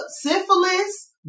syphilis